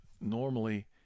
normally –